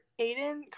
Aiden